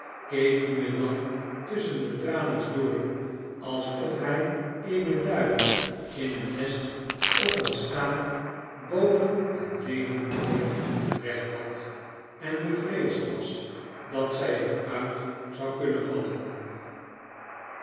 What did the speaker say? keek nu en dan tusschen de tralies door alsof hy eene duif in een nest op een staak boven een leeuwenkooi gelegd had en bevreesd was dat zy er uit zou kunnen vallen